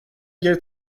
geri